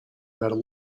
vers